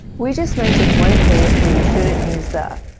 we just mentioned one case where you shouldn't use the.